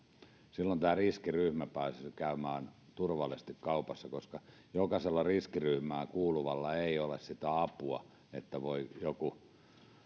silloin tämä riskiryhmä pääsisi käymään turvallisesti kaupassa koska jokaisella riskiryhmään kuuluvalla ei ole sitä apua että voi joku